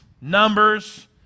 Numbers